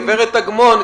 גברת אגמון,